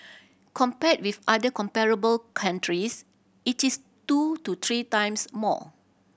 compared with other comparable countries it is two to three times more